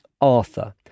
Arthur